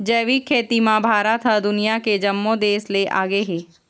जैविक खेती म भारत ह दुनिया के जम्मो देस ले आगे हे